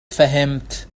فهمت